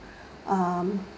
uh